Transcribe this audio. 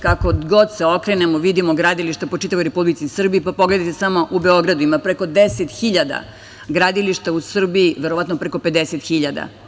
Kako god se okrenemo vidimo gradilišta po čitavoj Republici Srbiji, pa pogledajte samo u Beogradu ima preko 10.000 gradilišta, u Srbiji verovatno preko 50.000.